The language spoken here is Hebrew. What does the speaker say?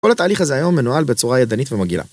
כל התהליך הזה היום מנוהל בצורה ידנית ומגעילה.